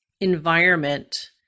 environment